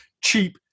cheap